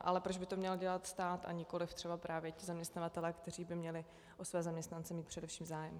Ale proč by to měl dělat stát a nikoliv třeba právě zaměstnavatelé, kteří by měli o své zaměstnance mít především zájem?